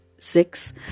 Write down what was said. six